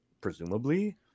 presumably